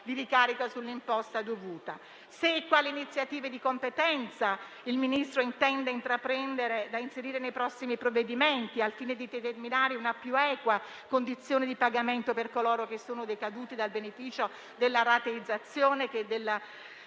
di ricarico sull'imposta dovuta; se e quali iniziative di competenza il Ministro intenda inserire nei prossimi provvedimenti, al fine di determinare più eque condizioni di pagamento per coloro che sono decaduti dal beneficio della rateizzazione, della